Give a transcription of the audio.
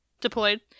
deployed